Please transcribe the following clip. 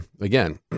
again